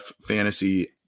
fantasy